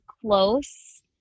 close